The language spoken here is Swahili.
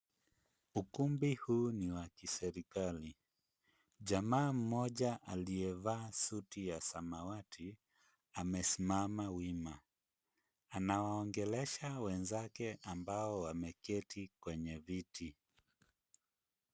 Ukumbi huu ni wa kiserikali. Jamaa mmoja, aliyevaa suti ya samawati, amesimama wima. Anaongelesha wenzake ambao wameketi kwenye viti.